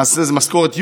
למעשה זה במשכורת יולי,